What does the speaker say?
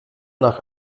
nach